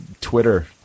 Twitter